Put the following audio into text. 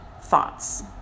thoughts